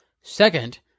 Second